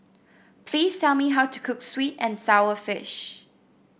please tell me how to cook sweet and sour fish